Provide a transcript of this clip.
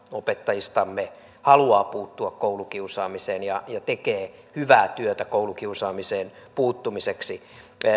opettajistamme haluaa puuttua koulukiusaamiseen ja tekee hyvää työtä koulukiusaamiseen puuttumiseksi